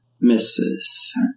Misses